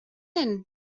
denn